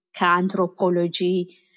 anthropology